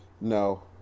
No